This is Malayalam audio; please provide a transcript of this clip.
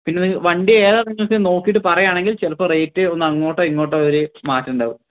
പിന്നെ വണ്ടി ഏതാണ് നിങ്ങൾക്ക് നോക്കിയിട്ട് പറയാണെങ്കിൽ ചിലപ്പോൾ റേറ്റ് ഒന്ന് അങ്ങോട്ടോ ഇങ്ങോട്ടോ ഒരു മാറ്റമുണ്ടാകും